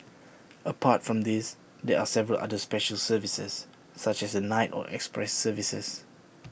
apart from these there are several other special services such as the night or express services